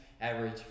average